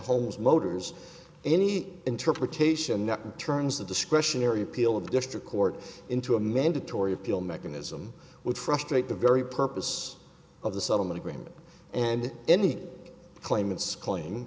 homes motors any interpretation that turns the discretionary appeal of district court into a mandatory appeal mechanism would frustrate the very purpose of the settlement agreement and any claimants cla